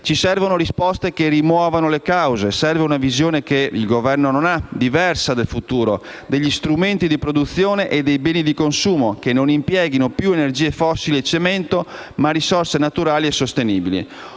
Servono risposte che rimuovano le cause. Serve una visione che il Governo non ha, diversa del futuro, degli strumenti di produzione e dei beni di consumo che non impieghino più energie fossili e cemento ma risorse naturali e sostenibili.